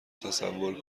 تصور